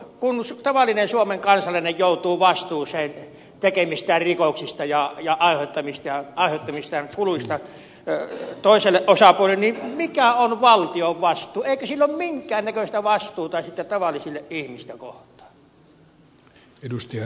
kun tavallinen suomen kansalainen joutuu vastuuseen tekemistään rikoksista ja aiheuttamistaan kuluista toiselle osapuolelle niin mikä on valtion vastuu eikö sillä ole minkään näköistä vastuuta sitten tavallista ihmistä kohtaan